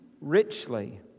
richly